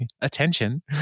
Attention